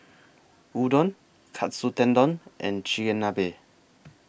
Udon Katsu Tendon and Chigenabe